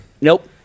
Nope